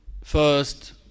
First